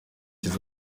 cyose